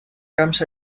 camps